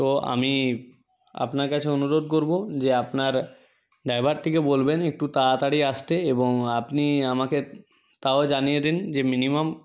তো আমি আপনার কাছে অনুরোধ করব যে আপনার ড্রাইভারটিকে বলবেন একটু তাড়াতাড়ি আসতে এবং আপনি আমাকে তাও জানিয়ে দিন যে মিনিমাম